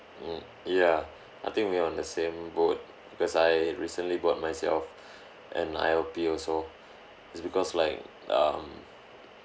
mm ya I think we're on the same boat cause I recently bought myself an I_L_P also it's because like um